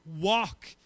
Walk